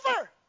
over